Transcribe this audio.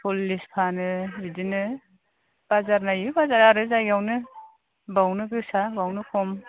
सरलिस फानो बिदिनो बाजार नायै बाजार आरो जायगायावनो बावनो गोसा बावनो खम